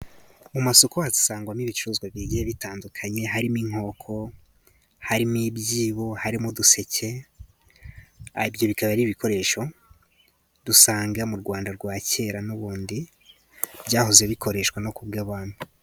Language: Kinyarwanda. Mu masoko hasangwamo ibicuruzwa bigiye bitandukanye, harimo inkoko, harimo ibyibo, harimo uduseke, ibyo bikaba ari ibikoresho dusanga mu Rwanda rwa kera n'ubundi, byahoze bikoreshwa no ku bw'abantu.